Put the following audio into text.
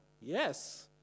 Yes